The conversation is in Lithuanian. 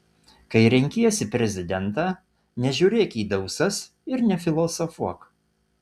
kai renkiesi prezidentą nežiūrėk į dausas ir nefilosofuok